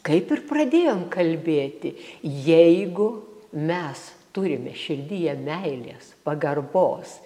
kaip ir pradėjom kalbėti jeigu mes turime širdyje meilės pagarbos